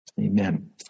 Amen